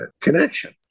connection